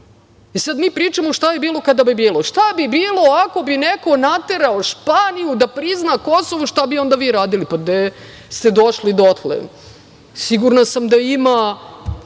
Sada mi pričamo šta bi bilo kada bi bilo. Šta bi bilo ako bi neko naterao Španiju da prizna Kosovo, šta bi onda vi radili? Gde ste došli dotle? Sigurna sam da ima